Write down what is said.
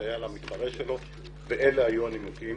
מסייע למתחרה שלו, ואלה היו הנימוקים.